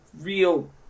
real